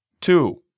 two